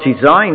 design